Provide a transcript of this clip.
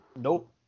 Nope